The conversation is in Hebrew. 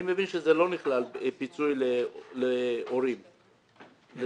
אני מבין שלא נכלל פיצוי להורים שכירים.